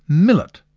millet.